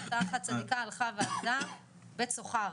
הייתה אחת צדיקה, הלכה ועברה לבית צוחר,